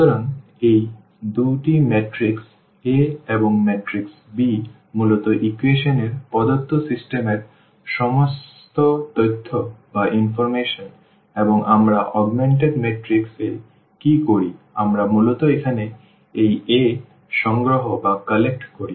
সুতরাং এই দুটি ম্যাট্রিক্স A এবং ম্যাট্রিক্স B মূলত ইকুয়েশন এর প্রদত্ত সিস্টেম এর সমস্ত তথ্য এবং আমরা অগমেন্টেড ম্যাট্রিক্স এ কী করি আমরা মূলত এখানে এই A সংগ্রহ করি